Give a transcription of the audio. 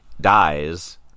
dies